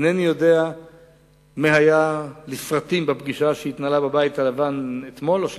איני יודע פרטים על מה שהיה בפגישה שהתנהלה בבית הלבן אתמול או שלשום,